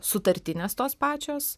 sutartinės tos pačios